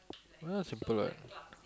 oh that one simple [what]